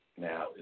now